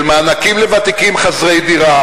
של מענקים לוותיקים חסרי דירה,